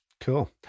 Cool